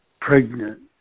pregnant